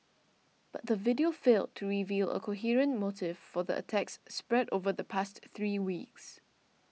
but the video failed to reveal a coherent motive for the attacks spread over the past three weeks